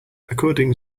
according